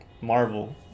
Marvel